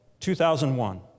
2001